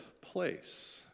place